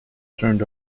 turned